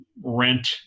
rent